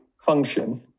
function